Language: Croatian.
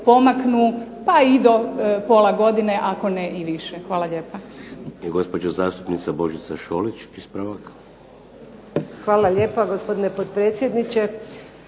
pomaknu pa i do pola godine, ako ne i više. Hvala lijepa.